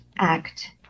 act